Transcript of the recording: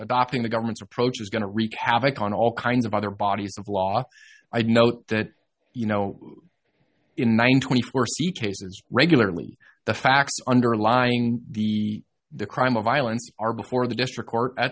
adopting the government's approach is going to wreak havoc on all kinds of other bodies of law i know that you know in one thousand foresee cases regularly the facts underlying the the crime of violence are before the district court at